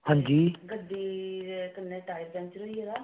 हां जी